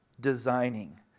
designing